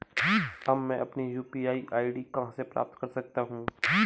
अब मैं अपनी यू.पी.आई आई.डी कहां से प्राप्त कर सकता हूं?